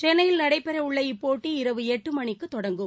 சென்னையில் நடைபெறவுள்ள இப்போட்டி இரவு எட்டுமணிக்குதொடங்கும்